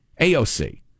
AOC